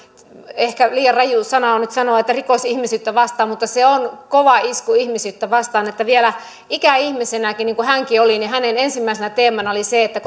ehkä liian rajua sanoa että se on rikos ihmisyyttä vastaan mutta se on kova isku ihmisyyttä vastaan kun vielä ikäihmisenäkin niin kuin hänkin oli hänen ensimmäisenä teemanaan oli se että